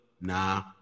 Nah